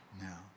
now